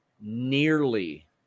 nearly